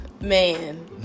man